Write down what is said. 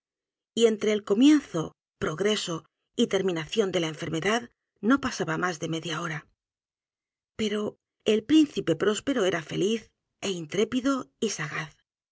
y entre el comienzo progreso y terminación de la enfermedad no pasaba m á s de media hora p e r o el príncipe próspero era feliz é intrépido y edgar